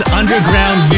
underground